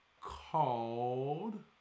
called